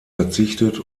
verzichtet